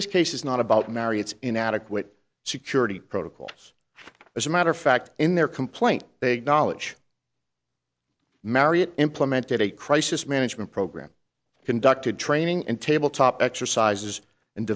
this case is not about mary it's inadequate security protocols as a matter of fact in their complaint big knowledge marriott implemented a crisis management program conducted training and tabletop exercises and